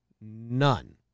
None